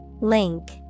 Link